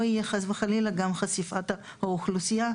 לא תהיה חלילה חשיפה של האוכלוסייה,